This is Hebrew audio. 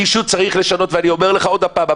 מישהו צריך לשנות ואני אומר לך עוד פעם,